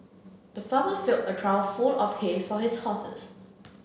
the farmer filled a trough full of hay for his horses